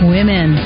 Women